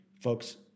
Folks